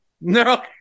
No